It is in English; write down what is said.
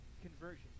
conversion